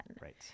Right